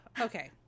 Okay